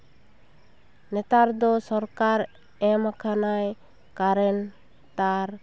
ᱱᱮᱛᱟᱨ ᱫᱚ ᱥᱚᱨᱠᱟᱨ ᱮᱢ ᱟᱠᱟᱱᱟᱭ ᱠᱟᱨᱮᱱ ᱛᱟᱨ